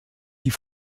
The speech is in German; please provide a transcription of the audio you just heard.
die